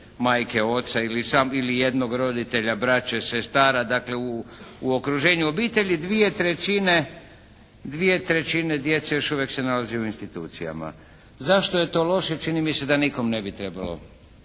majke, oca, ili jednog roditelja, braće, sestara, dakle u okruženju obitelji. Dvije trećine djece još uvijek se nalazi u institucijama. Zašto je to loše? Čini mi se da nikome ne bi trebalo